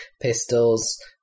pistols